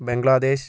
Bangladesh